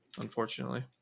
unfortunately